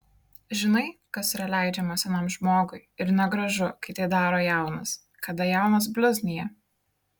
žinai kas yra leidžiama senam žmogui ir negražu kai tai daro jaunas kada jaunas bliuznija